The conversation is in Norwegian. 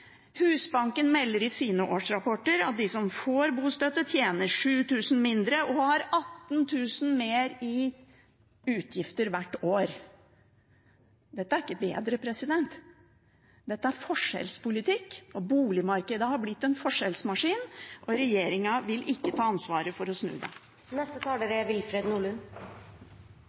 Husbanken melder i sine årsrapporter at de som får bostøtte, tjener 7 000 kr mindre og har 18 000 kr mer i utgifter hvert år. Dette er ikke bedre. Dette er forskjellspolitikk, boligmarkedet har blitt en forskjellsmaskin, og regjeringen vil ikke ta ansvaret for å snu